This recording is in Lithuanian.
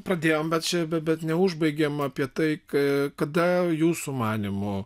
pradėjom bet čia bet neužbaigėm apie tai kada jūsų manymu